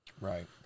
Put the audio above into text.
Right